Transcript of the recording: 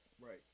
Right